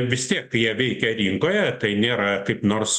vis tiek tai jie veikia rinkoje tai nėra kaip nors